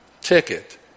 ticket